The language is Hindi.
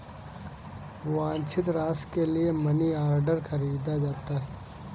वांछित राशि के लिए मनीऑर्डर खरीदा जाता है